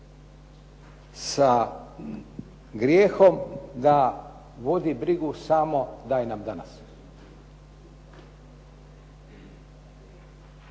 sa grijehom da vodi brigu samo daj nam danas.